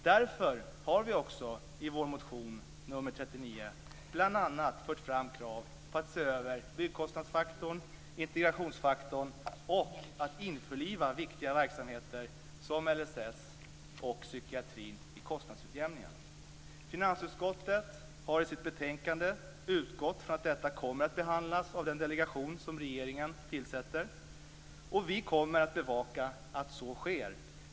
Därför har vi också i vår motion nr 39 bl.a. fört fram krav på att man skall se över byggkostnadsfaktorn och integrationsfaktorn och införliva viktiga verksamheter som LSS och psykiatrin i kostnadsutjämningen. Finansutskottet har i sitt betänkande utgått från att detta kommer att behandlas av den delegation som regeringen tillsätter, och vi kommer att bevaka att så sker.